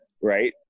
Right